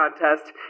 contest